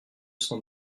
cent